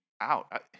out